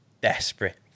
desperate